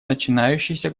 начинающуюся